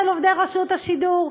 על עובדי רשות השידור?